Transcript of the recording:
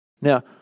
Now